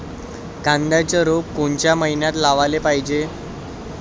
कांद्याचं रोप कोनच्या मइन्यात लावाले पायजे?